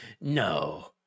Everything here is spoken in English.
no